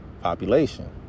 population